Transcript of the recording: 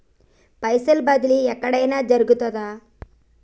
పైసల బదిలీ ఎక్కడయిన జరుగుతదా?